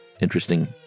interesting